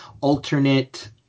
alternate